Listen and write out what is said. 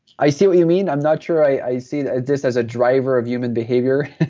i see what you mean. i'm not sure i see this as a driver of human behavior,